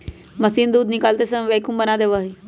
machine दूध निकालते समय वैक्यूम बना देवा हई